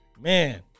man